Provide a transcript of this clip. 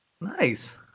Nice